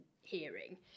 hearing